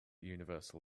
universal